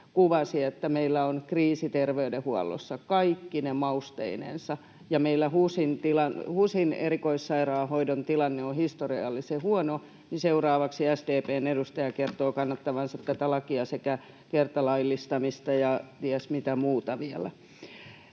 kuvasi — meillä on kriisi terveydenhuollossa kaikkine mausteinensa. Ja kun meillä HUSin erikoissairaanhoidon tilanne on historiallisen huono, niin seuraavaksi SDP:n edustaja kertoo kannattavansa tätä lakia sekä kertalaillistamista ja ties mitä muuta vielä.